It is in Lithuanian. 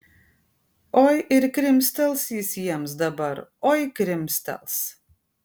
oi ir krimstels jis jiems dabar oi krimstels